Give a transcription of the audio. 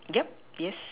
yup yes